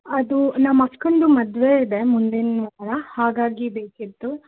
ಅದು ನಮ್ಮಕ್ಕನದು ಮದುವೆ ಇದೆ ಮುಂದಿನ ವಾರ ಹಾಗಾಗಿ ಬೇಕಿತ್ತು